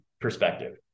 perspective